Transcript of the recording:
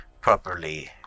properly